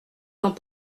dans